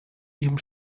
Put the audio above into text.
ihrem